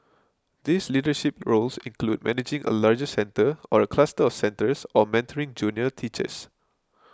these leadership roles include managing a larger centre or a cluster of centres or mentoring junior teachers